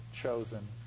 chosen